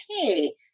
hey